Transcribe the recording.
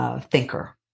thinker